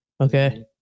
Okay